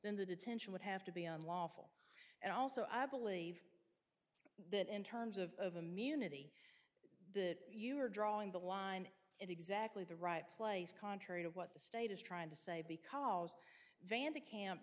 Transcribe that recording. then the detention would have to be unlawful and also i believe that in terms of the munity the you are drawing the line in exactly the right place contrary to what the state is trying to say because van de camp